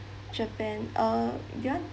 japan uh you want